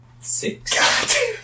Six